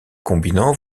combinant